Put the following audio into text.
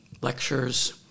lectures